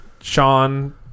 Sean